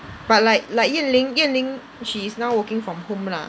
but like like Yan Ling Yan Ling she is now working from home lah